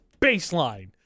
Baseline